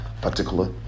particular